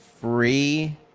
free